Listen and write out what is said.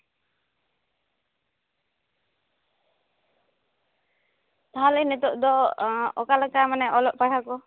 ᱛᱟᱦᱞᱮ ᱱᱤᱛᱳᱜ ᱫᱚ ᱚᱠᱟᱞᱮᱠᱟ ᱚᱞᱚᱜ ᱯᱟᱲᱦᱟᱣ ᱠᱚ